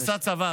הוא עשה צבא.